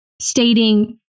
stating